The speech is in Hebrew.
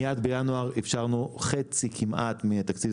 מיד בינואר אישרנו כמעט חצי מהתקציב,